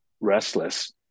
restless